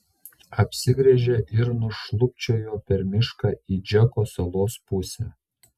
apsigręžė ir nušlubčiojo per mišką į džeko salos pusę